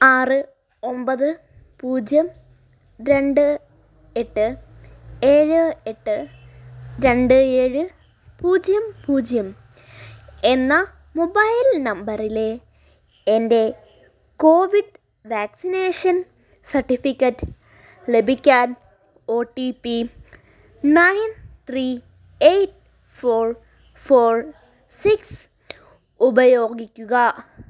ആറ് ഒൻപത് പൂജ്യം രണ്ട് എട്ട് ഏഴ് എട്ട് രണ്ട് ഏഴ് പൂജ്യം പൂജ്യം എന്ന മൊബൈൽ നമ്പറിലെ എൻ്റെ കോവിഡ് വാക്സിനേഷൻ സർട്ടിഫിക്കറ്റ് ലഭിക്കാൻ O T P nine three eight four four six ഉപയോഗിക്കുക